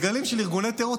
דגלים של ארגוני טרור.